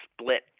split